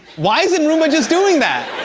why isn't roomba just doing that?